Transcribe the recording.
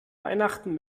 weihnachten